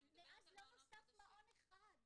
מאז לא נוסד מעון אחד,